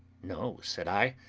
no! said i,